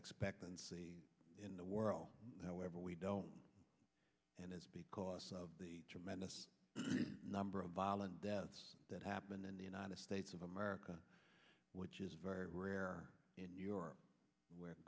expectancy in the world however we don't and that's because of the tremendous number of violent deaths that happen in the united states of america which is very rare in your where